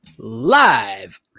live